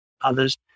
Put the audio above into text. others